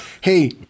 Hey